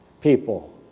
people